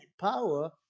power